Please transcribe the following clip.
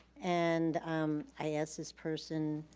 and um i asked this person,